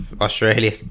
Australia